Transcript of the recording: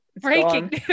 Breaking